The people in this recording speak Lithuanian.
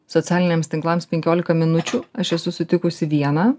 socialiniams tinklams penkiolika minučių aš esu sutikusi vieną